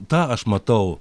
tą aš matau